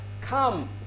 come